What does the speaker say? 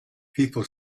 people